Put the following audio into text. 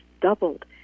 doubled